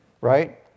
Right